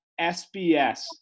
SBS